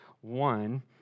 one